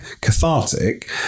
cathartic